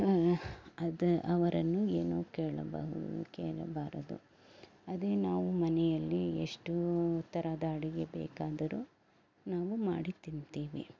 ಅದು ಅವರನ್ನು ಏನು ಕೇಳಬಹು ಕೇಳಬಾರದು ಅದೇ ನಾವು ಮನೆಯಲ್ಲಿ ಎಷ್ಟೋ ಥರದ ಅಡುಗೆ ಬೇಕಾದರೂ ನಾವು ಮಾಡಿ ತಿನ್ತೇವೆ